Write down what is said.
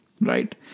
right